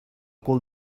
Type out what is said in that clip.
cul